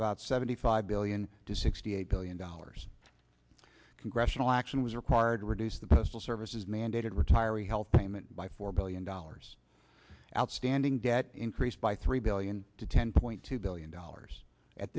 about seventy five billion to sixty eight billion dollars congressional action was required to reduce the postal service is mandated retiree health payment by four billion dollars outstanding debt increased by three billion to ten point two billion dollars at